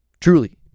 Truly